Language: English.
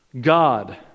God